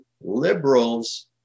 liberals